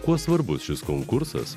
kuo svarbus šis konkursas